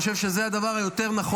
אני חושב שזה הדבר היותר-נכון.